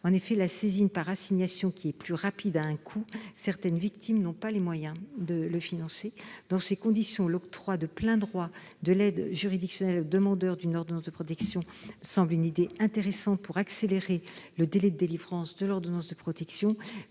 demande. La saisine par assignation, qui est plus rapide, a un coût. Certaines victimes n'ont pas les moyens de le financer. Dans ces conditions, l'octroi de plein droit de l'aide juridictionnelle aux demandeurs d'une ordonnance de protection me semble une idée intéressante pour accélérer le délai de délivrance de l'ordonnance de protection.